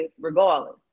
regardless